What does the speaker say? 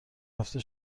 رفته